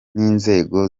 n’inzego